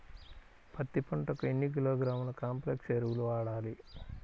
పత్తి పంటకు ఎన్ని కిలోగ్రాముల కాంప్లెక్స్ ఎరువులు వాడాలి?